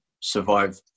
survive